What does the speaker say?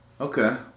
Okay